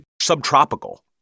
subtropical